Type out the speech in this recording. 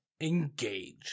Engage